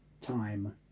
time